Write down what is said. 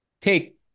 take